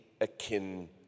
akin